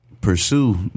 pursue